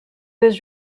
was